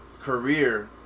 career